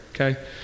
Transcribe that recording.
okay